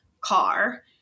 car